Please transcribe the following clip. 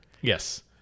yes